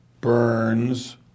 Burns